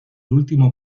último